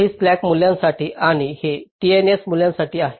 हे स्लॅक मूल्यासाठी आहे आणि हे TNS मूल्यासाठी आहे